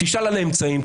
תשאל על האמצעים,